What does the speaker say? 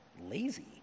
Lazy